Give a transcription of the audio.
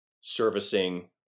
servicing